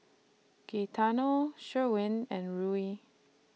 Gaetano Sherwin and Ruie